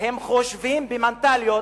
הם חושבים במנטליות